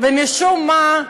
ומשום מה,